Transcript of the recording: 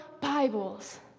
Bibles